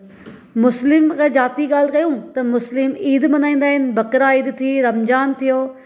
मुस्लिम अगर ज़ाति जी ॻाल्हि कयूं त मुस्लिम ईद मल्हाईंदा आहिनि बकरा ईद थी रमजान थियो